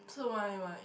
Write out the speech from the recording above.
so what you want eat